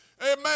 Amen